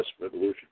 Revolution